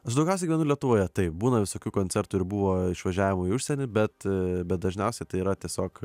aš daugiausiai gyvenu lietuvoje taip būna visokių koncertų ir buvo išvažiavimų į užsienį bet bet dažniausiai tai yra tiesiog